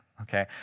Okay